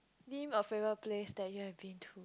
name a favourite place that you have been to